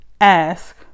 Ask